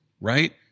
right